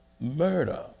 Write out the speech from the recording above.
murder